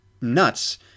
nuts